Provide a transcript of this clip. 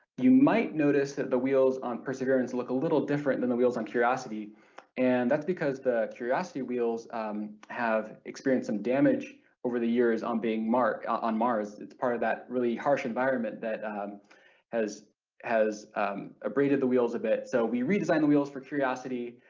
you might notice that the wheels on perseverance look a little different than the wheels on curiosity and that's because the curiosity wheels have experienced some damage over the years on being marked on mars, it's part of that really harsh environment that has has abraded the wheels a bit. so we redesigned the wheels for curiosity,